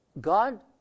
God